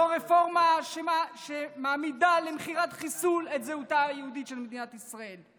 זו רפורמה שמעמידה למכירת חיסול את זהותה היהודית של מדינת ישראל.